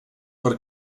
per